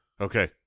Okay